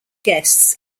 guests